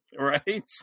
right